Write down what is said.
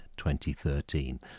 2013